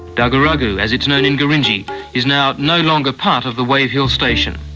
daguragu as it is known in gurindji is now no longer part of the wave hill station.